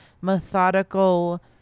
methodical